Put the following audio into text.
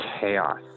chaos